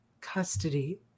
custody